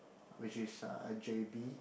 which is uh at J_B